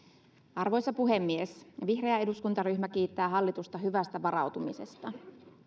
arvoisa puhemies vihreä eduskuntaryhmä kiittää hallitusta hyvästä varautumisesta